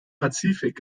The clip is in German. pazifik